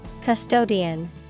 Custodian